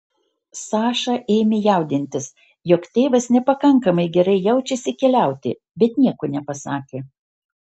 saša ėmė jaudintis jog tėvas nepakankamai gerai jaučiasi keliauti bet nieko nepasakė